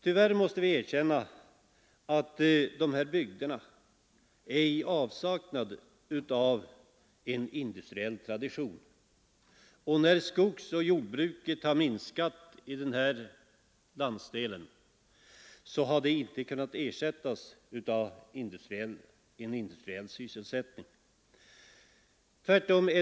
Tyvärr måste vi erkänna att dessa bygder är i avsaknad av industriell tradition. När skogsoch jordbruket minskat i denna landsdel har detta icke kunnat ersättas av industrisysselsättning.